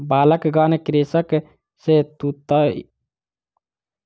बालकगण कृषक सॅ तूईतक मांग कयलक